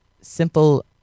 simple